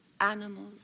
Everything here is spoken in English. animals